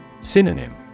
Synonym